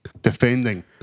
defending